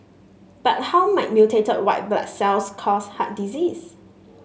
but how might mutated white blood cells cause heart disease